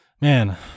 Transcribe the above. man